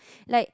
like